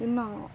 ಇನ್ನೂ